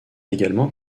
également